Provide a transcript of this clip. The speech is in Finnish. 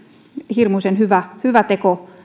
hirmuisen hyvä hyvä teko